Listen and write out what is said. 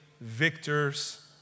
victors